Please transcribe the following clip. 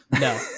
No